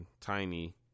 Tiny